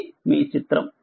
ఇది మీ చిత్రం